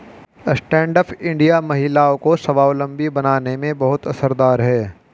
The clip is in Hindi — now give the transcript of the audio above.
स्टैण्ड अप इंडिया महिलाओं को स्वावलम्बी बनाने में बहुत असरदार है